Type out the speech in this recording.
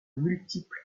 multiple